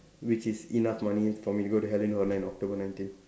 which is enough money for me to go Halloween horror night on October nineteen